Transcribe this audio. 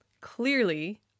clearly